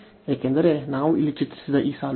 ಏಕೆಂದರೆ ನಾವು ಇಲ್ಲಿ ಚಿತ್ರಿಸಿದ ಈ ಸಾಲುಗಳು